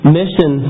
mission